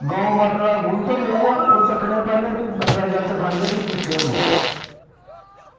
गौ माता दा गूंत्तर लेइयै ओह् चक्खने भी गंगाजल चखांदे भी सुच्चे होंदे